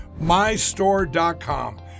MyStore.com